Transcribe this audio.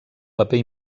paper